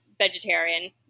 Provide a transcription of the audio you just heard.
vegetarian